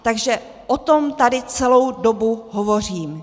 Takže o tom tady celou dobu hovořím.